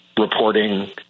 reporting